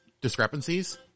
discrepancies